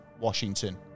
Washington